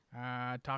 talk